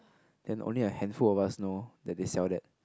then only a handful of us know that they sell that